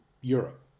Europe